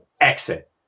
exit